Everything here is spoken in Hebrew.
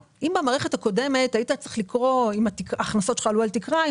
במערכת הקודמת היית צריך לקרוא אם ההכנסות שלך עלו על תקרה,